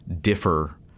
differ